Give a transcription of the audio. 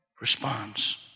responds